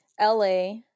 LA